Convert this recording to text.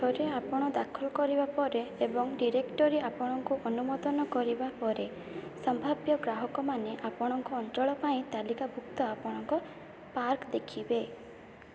ଥରେ ଆପଣ ଦାଖଲ କରିବା ପରେ ଏବଂ ଡିରେକ୍ଟୋରୀ ଆପଣଙ୍କୁ ଅନୁମୋଦନ କରିବା ପରେ ସମ୍ଭାବ୍ୟ ଗ୍ରାହକମାନେ ଆପଣଙ୍କ ଅଞ୍ଚଳ ପାଇଁ ତାଲିକାଭୁକ୍ତ ଆପଣଙ୍କ ପାର୍କ ଦେଖିବେ